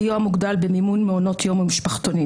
סיוע מוגדל במימון מעונות יום ומשפחתונים.